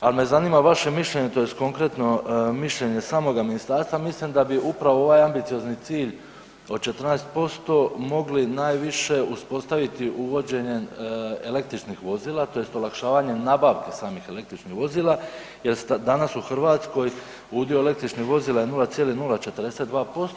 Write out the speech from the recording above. Ali me zanima vaše mišljenje tj. konkretno mišljenje samoga ministarstva mislim da bi upravo ovaj ambiciozni cilj od 14% mogli najviše uspostaviti uvođenjem električnih vozila tj. olakšavanjem nabave samih električnih vozila jer danas u Hrvatskoj udio električnih vozila je 0,042%